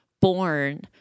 born